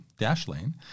Dashlane